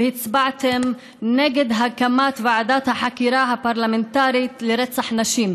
והצבעתם נגד הקמת ועדת החקירה הפרלמנטרית לרצח נשים.